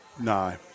No